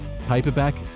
paperback